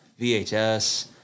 VHS